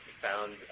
found